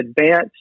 advanced